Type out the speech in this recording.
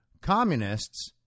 communists